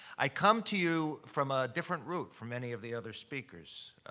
i come to you from a different route from many of the other speakers.